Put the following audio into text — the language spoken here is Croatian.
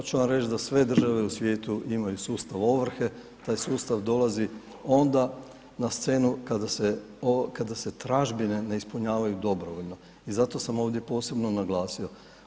Ja ću vam reći da sve države u svijetu imaju sustav ovrhe, taj sustav dolazi onda na scenu kada se tražbine ne ispunjavaju dobrovoljno i zato sam ovdje posebno naglasio.